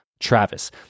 Travis